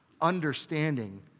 understanding